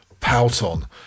Pouton